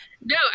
No